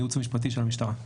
היעוץ המשפטי של המשטרה.